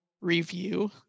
review